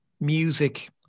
music